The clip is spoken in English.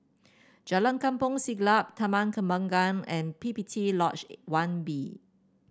Jalan Kampong Siglap Taman Kembangan and P P T Lodge One B